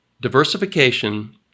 Diversification